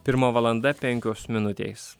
pirma valanda penkios minutės